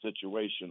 situation